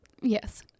Yes